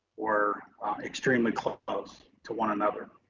were extremely close close to one another.